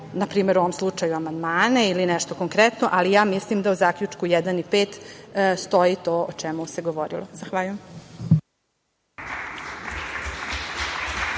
na primer u ovom slučaju amandmane, ili nešto konkretno, ali ja mislim da u zaključku 1. i 5. stoji to o čemu se govorilo. Zahvaljujem.